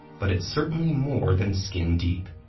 but it's certainly more than skin deep.